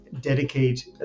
dedicate